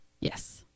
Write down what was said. Yes